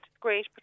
great